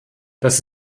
das